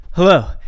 Hello